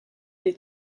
les